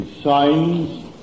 signs